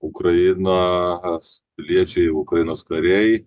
ukrainas piliečiai ukrainos kariai